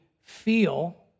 feel